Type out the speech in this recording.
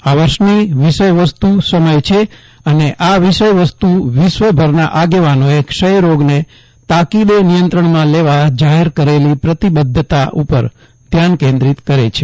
આ વર્ષની વિષય વસ્તુ સમય છે અને આ વિષય વસ્તુ વિશ્વભરના આગેવાનોએ ક્ષય રોગને તાકીદે નિયંત્રણમાં લેવા જાહેર કરેલી પ્રતિબધ્ધતા ઉપર ધ્યાન કેન્દ્રીત કરે છે